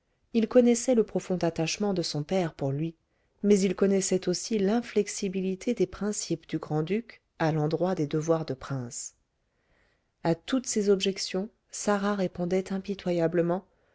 il connaissait le profond attachement de son père pour lui mais il connaissait aussi l'inflexibilité des principes du grand-duc à l'endroit des devoirs de prince à toutes ses objections sarah répondait impitoyablement